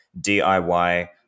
DIY